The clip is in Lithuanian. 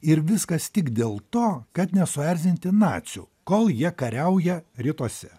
ir viskas tik dėl to kad nesuerzinti nacių kol jie kariauja rytuose